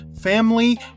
family